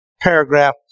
paragraph